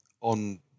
on